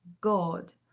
God